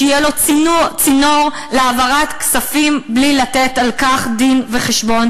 שיהיה לו צינור להעברת כספים בלי לתת על כך דין-וחשבון,